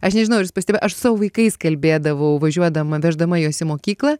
aš nežinau ar jūs pastebėjot aš su savo vaikais kalbėdavau važiuodama veždama juos į mokyklą